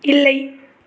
இல்லை